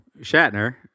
shatner